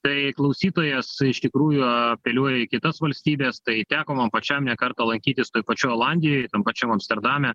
tai klausytojas iš tikrųjų apeliuoja į kitas valstybes tai teko man pačiam ne kartą lankytis toj pačioj olandijoj tam pačiam amsterdame